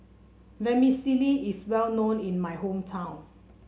vermicelli is well known in my hometown